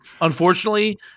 unfortunately